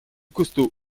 costaud